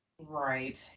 right